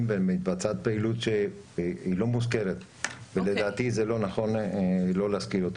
ומתבצעת פעילות שלא מוזכרת ולדעתי זה לא נכון לא להזכיר אותה.